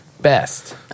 Best